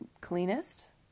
cleanest